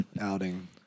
outing